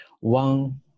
One